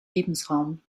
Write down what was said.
lebensraum